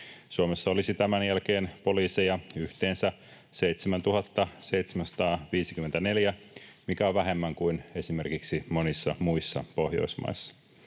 Suomessa olisi tämän jälkeen poliiseja yhteensä 7 754, mikä on vähemmän kuin esimerkiksi monissa muissa Pohjoismaissa.